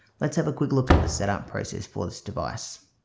let's have a quick look at the setup process for this device